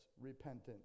repentance